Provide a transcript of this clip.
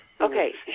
Okay